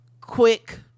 quick